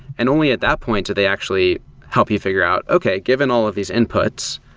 and only at that point do they actually help you figure out, okay, given all of these inputs,